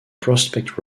prospect